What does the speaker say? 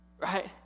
right